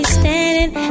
standing